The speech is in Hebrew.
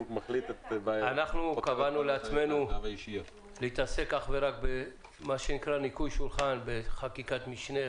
אנחנו קבענו להתעסק אך ורק במה שנקרא ניקוי שולחן: בחקיקת משנה,